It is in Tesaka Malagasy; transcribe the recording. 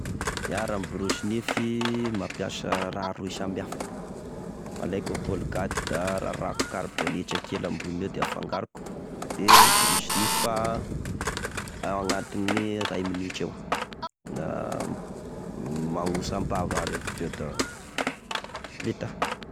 Iah raha miboroso nify, mampiasa raha roy samby hafa: alaiko e colgate da rarahako karibonetra kely ambony eo da afangaroko de miboroso nify a fa ao agnatine ray minitra eo, na magnosam-bava aho refa avy eo da, vita.